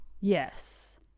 Yes